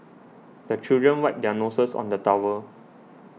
the children wipe their noses on the towel